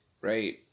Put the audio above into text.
Right